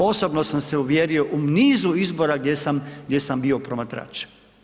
Osobno sam se uvjerio u nizu izbora gdje sam bio promatrač.